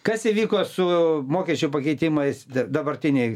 kas įvyko su mokesčių pakeitimais dabartinėj